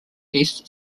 east